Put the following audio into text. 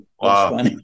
Wow